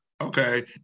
Okay